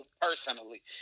personally